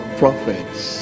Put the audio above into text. prophets